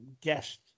guest